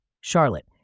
Charlotte